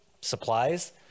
supplies